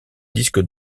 disque